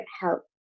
help